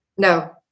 No